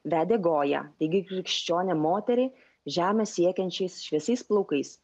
vedė goją taigi krikščionę moterį žemę siekiančiais šviesiais plaukais